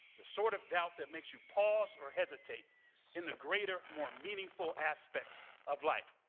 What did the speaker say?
the sort of doubt that makes you pause or hesitate in the greater, more meaningful aspects of life.